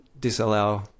disallow